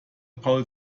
paul